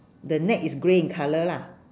the net is grey in colour lah